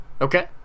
Okay